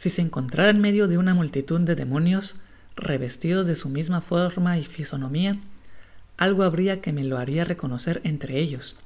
si se encontrara en medio de una multitud de demonios revestidos de su misma forma y fisonomia algo habria que me lo baria reconocer entre ellos